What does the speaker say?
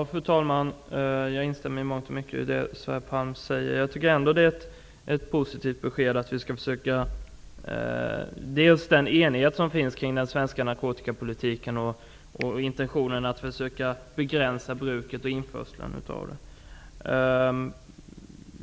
Fru talman! Jag instämmer i mångt och mycket i det som Sverre Palm sade. Det är ändå ett positivt besked att det finns en enighet kring dels den svenska narkotikapolitiken, dels intentionen att man skall försöka begränsa bruket och införseln av narkotika.